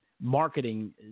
marketing